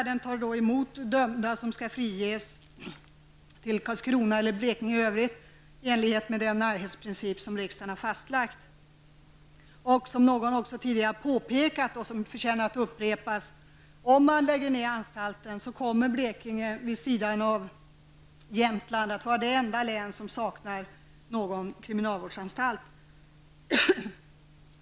Den tar emot dömda som skall friges till Karlskrona eller Blekinge i övrigt i enlighet med den närhetsprincip som riksdagen har fastlagt. Som någon tidigare påpekade och som förtjänas att upprepas: Om anstalten läggs ner, kommer Blekinge vid sidan av Jämtland att vara det enda län som saknar kriminalvårdsanstalt.